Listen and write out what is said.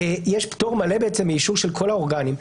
יש פטור מלא מאישור של כל האורגנים.